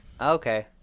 Okay